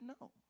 no